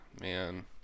man